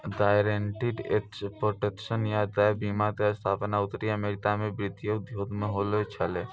guaranteed asset protection या gap बीमा के स्थापना उत्तरी अमेरिका मे वित्तीय उद्योग मे होलो छलै